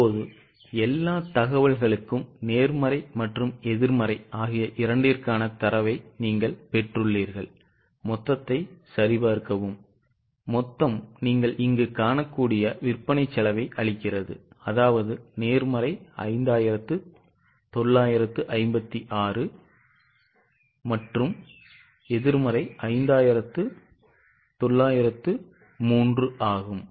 இப்போது எல்லா தகவல்களுக்கும் நேர்மறை மற்றும் எதிர்மறை ஆகிய இரண்டிற்கான தரவை நீங்கள் பெற்றுள்ளீர்கள் மொத்தத்தை சரிபார்க்கவும் மொத்தம் நீங்கள் இங்கு காணக்கூடிய விற்பனை செலவை அளிக்கிறது அதாவது நேர்மறை 5956 மற்றும் எதிர்மறை 5903 ஆகும்